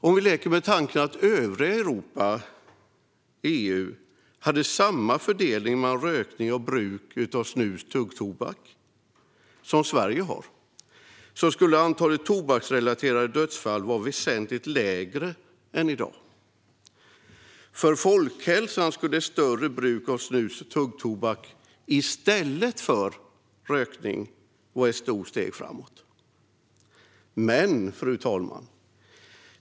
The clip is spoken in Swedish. Om vi leker med tanken att övriga Europa och EU skulle ha samma fördelning mellan rökning och bruk av snus och tuggtobak som Sverige har skulle antalet tobaksrelaterade dödsfall vara väsentligt lägre än i dag. För folkhälsan skulle ett större bruk av snus och tuggtobak i stället för rökning vara ett stort steg framåt. Fru talman!